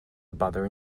butter